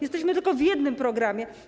Jesteśmy tylko w jednym programie.